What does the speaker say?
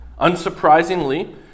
unsurprisingly